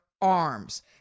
arms